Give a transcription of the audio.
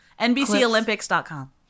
NBCOlympics.com